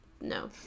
No